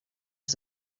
els